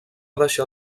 deixar